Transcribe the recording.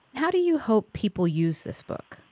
how do you hope people use this book?